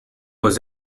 was